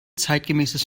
zeitgemäßes